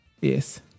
Yes